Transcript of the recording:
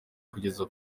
kugeza